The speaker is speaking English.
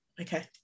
Okay